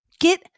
get